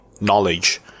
knowledge